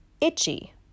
itchy